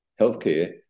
Healthcare